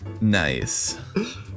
Nice